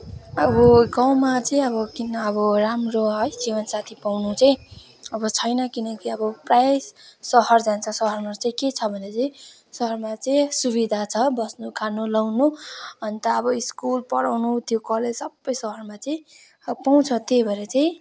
अब गाउँमा चाहिँ अब किन अब राम्रो है जीवनसाथी पाउनु चाहिँ अब छैन किनकि अब प्राय सहर जान्छ सहरमा चाहिँ के छ भने चाहिँ सहरमा चाहिँ सुविघा छ बस्नु खानु लाउनु अन्त अब स्कुल पढाउनु त्यो कलेज सबै सहरमा चाहिँ अब पाउँछ त्यही भएर चाहिँ